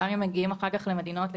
גם אם מגיעים אחר כך למדינות אחרות,